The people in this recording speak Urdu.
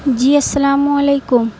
جی السلام علیکم